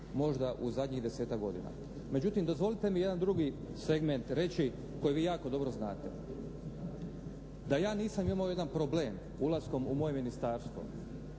možda u zadnjih desetak godina. Međutim, dozvolite mi jedan drugi segment reći koji vi jako dobro znate. Da ja nisam imao jedan problem ulaskom u moje ministarstvo